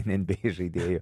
nba įžaidėju